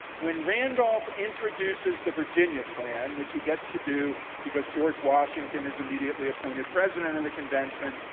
when randolph introduces the virginia plan, which he gets to do because george washington is immediately appointed president of the convention,